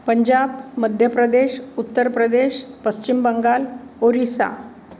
Punjab Madhya Pradesh Uttar Pradesh Paschim Bengal Orissa